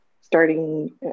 starting